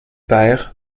père